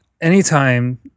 anytime